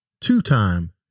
Two-time